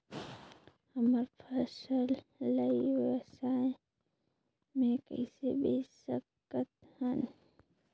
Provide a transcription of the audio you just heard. हमर फसल ल ई व्यवसाय मे कइसे बेच सकत हन?